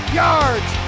yards